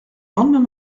lendemain